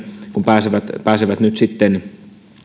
kun he nyt sitten pääsevät